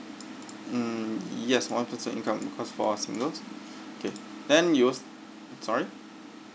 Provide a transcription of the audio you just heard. mm yes one person income because for singles okay then you sorry